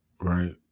right